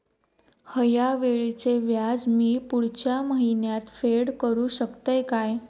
हया वेळीचे व्याज मी पुढच्या महिन्यात फेड करू शकतय काय?